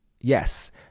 Yes